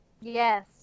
Yes